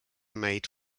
made